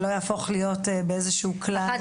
שלא יהפוך להיות באיזשהו כלל --- אחת